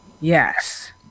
Yes